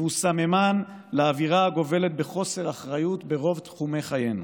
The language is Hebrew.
והוא סממן לאווירה הגובלת בחוסר אחריות ברוב תחומי חיינו.